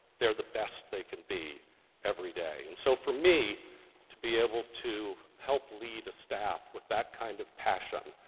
they're the best they can be every day. and so for me to be able to help lead a staff with that kind of passion,